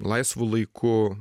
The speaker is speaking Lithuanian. laisvu laiku